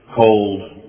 cold